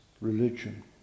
religion